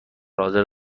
حاضر